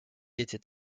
était